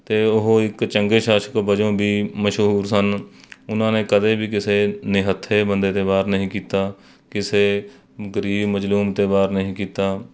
ਅਤੇ ਉਹ ਇੱਕ ਚੰਗੇ ਸ਼ਾਸਕ ਵਜੋਂ ਵੀ ਮਸ਼ਹੂਰ ਸਨ ਉਹਨਾਂ ਨੇ ਕਦੇ ਵੀ ਕਿਸੇ ਨਿਹੱਥੇ ਬੰਦੇ 'ਤੇ ਵਾਰ ਨਹੀਂ ਕੀਤਾ ਕਿਸੇ ਗਰੀਬ ਮਜਲੂਮ 'ਤੇ ਵਾਰ ਨਹੀਂ ਕੀਤਾ